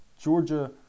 Georgia